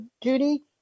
Judy